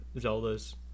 Zelda's